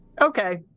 Okay